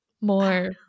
More